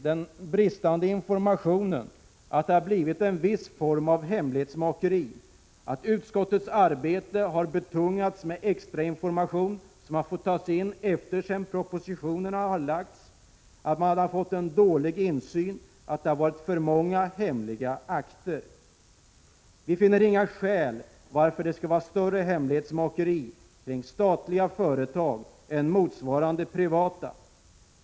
Den bristande informationen har lett till att det blivit en viss form av hemlighetsmakeri. Utskottets arbete har betungats med att ta in extra information sedan propositionerna framlagts. Man har fått en dålig insyn och det har funnits för många hemliga akter. Vi finner inget skäl till att det skall vara större hemlighetsmakeri kring statliga företag än motsvarande privata.